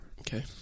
Okay